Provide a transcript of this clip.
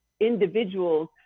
individuals